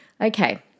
Okay